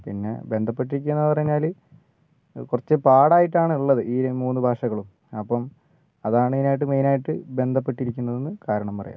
പിന്നെ ബന്ധപ്പെട്ടിരിക്കുകയെന്ന് പറഞ്ഞാൽ കുറച്ച് പാടായിട്ടാണ് ഉള്ളത് ഈ മൂന്ന് ഭാഷകളും അപ്പം അതാണ് ഇതിനായിട്ട് മെയിനായിട്ട് ബന്ധപ്പെട്ടിരിക്കുന്നതെന്നു കാരണം പറയാൻ